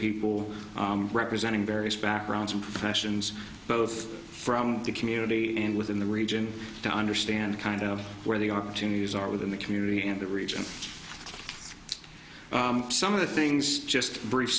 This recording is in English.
people representing various backgrounds and professions both from the community and within the region to understand kind of where the opportunities are within the community and the region some of the things just brief